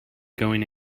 going